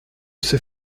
sait